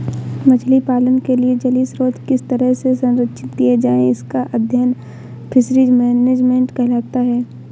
मछली पालन के लिए जलीय स्रोत किस तरह से संरक्षित किए जाएं इसका अध्ययन फिशरीज मैनेजमेंट कहलाता है